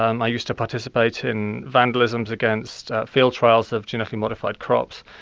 um i used to participate in vandalisms against field trials of genetically modified crops.